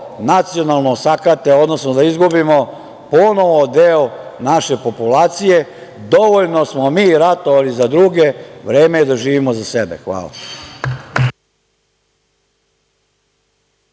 nacionalno osakate, odnosno da izgubimo ponovo deo naše populacije. Dovoljno smo mi ratovali za druge, vreme je da živimo za sebe. Hvala.